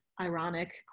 ironic